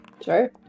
Sure